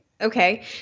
Okay